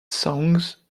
songs